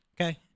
Okay